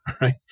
right